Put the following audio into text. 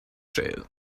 jail